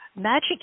Magic